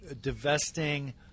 divesting